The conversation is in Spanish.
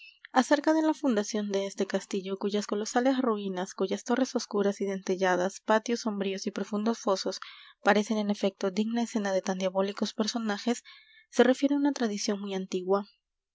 acerca de la fundación de este castillo cuyas colosales ruinas cuyas torres oscuras y dentelladas patios sombríos y profundos fosos parecen en efecto digna escena de tan diabólicos personajes se refiere una tradición muy antigua